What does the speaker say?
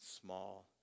small